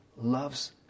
loves